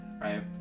right